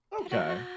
Okay